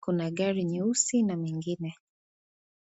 kuna gari nyeusi na mengine.